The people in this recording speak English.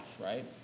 right